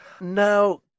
Now